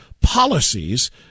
policies